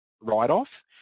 write-off